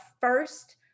first